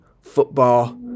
football